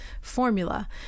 formula